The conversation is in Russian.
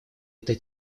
этой